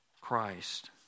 christ